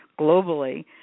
globally